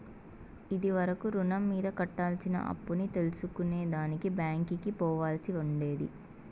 ఇది వరకు రుణం మీద కట్టాల్సిన అప్పుని తెల్సుకునే దానికి బ్యాంకికి పోవాల్సి ఉండేది